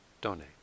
donate